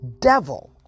devil